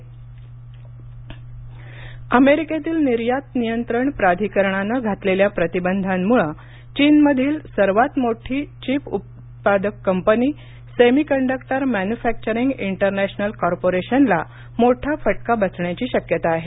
chip अमेरिकेतील निर्यात नियंत्रण प्राधिकरणानं घातलेल्या प्रतिबंधांमुळे चीनमधील सर्वात मोठी चीप उत्पादक कंपनी सेमीकंडक्टर मॅन्यूफॅक्चरींग इंटरनॅशनल कॉरपोरेशनला मोठा फटका बसण्याची शक्यता आहे